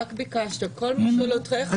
רק ביקשת, כל משאלותיך התגשמו.